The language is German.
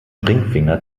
ringfinger